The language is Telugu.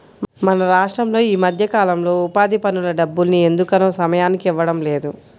మన రాష్టంలో ఈ మధ్యకాలంలో ఉపాధి పనుల డబ్బుల్ని ఎందుకనో సమయానికి ఇవ్వడం లేదు